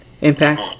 Impact